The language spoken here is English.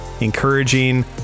encouraging